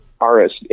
RS